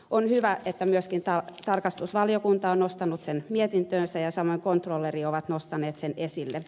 on hyvä että myöskin tarkastusvaliokunta on nostanut sen mietintöönsä ja samoin kontrollerit ovat nostaneet sen esille